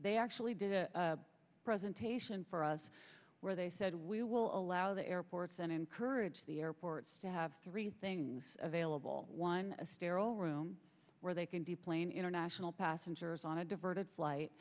they actually did a presentation for us where they said we will allow the airports and encourage the airports to have three things available one a sterile room where they can be playing international passengers on a diverted flight